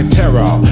terror